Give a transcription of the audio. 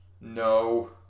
No